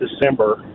December